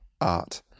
art